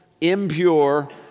impure